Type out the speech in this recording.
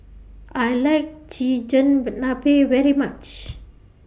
I like Chigenabe very much